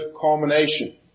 culmination